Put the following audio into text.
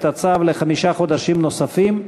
את הצו בחמישה חודשים נוספים.